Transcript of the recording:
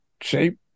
shape